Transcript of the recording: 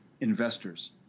investors